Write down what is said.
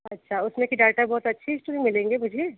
अच्छा उसमें से डाटा बहुत अच्छी इष्ट में मिलेंगे मुझे